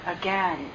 again